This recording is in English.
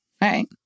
right